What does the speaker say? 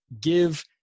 give